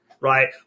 right